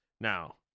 now